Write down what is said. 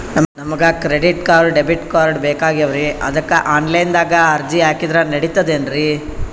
ನಮಗ credit card, debit card ಬೇಕಾಗ್ಯಾವ್ರೀ ಅದಕ್ಕ ಆನಲೈನದಾಗ ಅರ್ಜಿ ಹಾಕಿದ್ರ ನಡಿತದೇನ್ರಿ?